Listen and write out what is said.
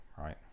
right